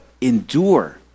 endure